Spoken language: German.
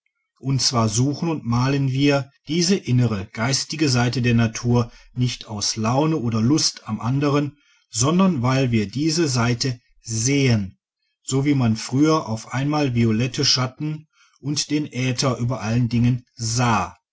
und zwar suchen und malen wir diese innere geistige seite der natur nicht aus laune oder lust am anderen sondern weil wir diese seite sehen so wie man früher auf einmal violette schatten und den aether über allen dingen sah